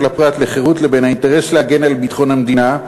הפרט לחירות לבין האינטרס להגן על ביטחון המדינה,